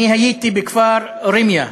הייתי בכפר ראמיה.